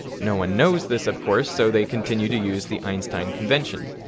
no one knows this, of course, so they continue to use the einstein convention.